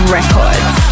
Records